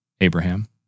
Abraham